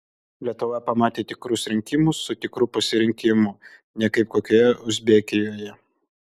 lietuva pamatė tikrus rinkimus su tikru pasirinkimu ne kaip kokioje uzbekijoje